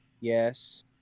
Yes